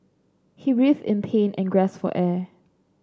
he writhed in pain and gasped for air